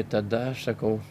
tada aš sakau